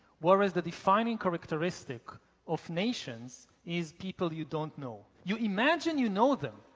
where is the defining characteristic of nations is people you don't know. you imagine you know them.